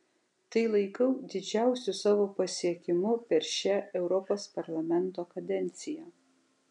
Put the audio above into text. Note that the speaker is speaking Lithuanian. tai laikau didžiausiu savo pasiekimu per šią europos parlamento kadenciją